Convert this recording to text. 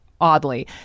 oddly